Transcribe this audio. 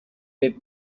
per